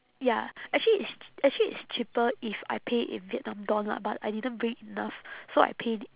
ya actually it's ch~ actually it's cheaper if I pay in vietnam dong lah but I didn't bring enough so I paid